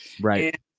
Right